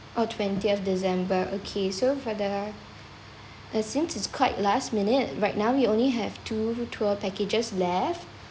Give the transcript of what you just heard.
oh twentieth december okay so for the err since it's quite last minute right now we only have two tour packages left